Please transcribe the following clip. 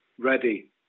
ready